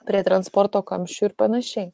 prie transporto kamščių ir panašiai